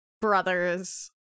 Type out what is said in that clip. brothers